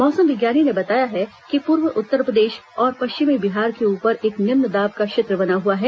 मौसम विज्ञानी ने बताया कि पूर्वी उत्तरप्रदेश और पश्चिमी बिहार के ऊपर एक निम्न दाब का क्षेत्र बना हुआ है